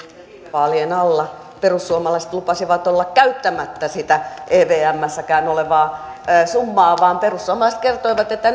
vaalien alla perussuomalaiset lupasivat olla käyttämättä sitä evmssäkään olevaa summaa vaan perussuomalaiset kertoivat että